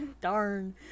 Darn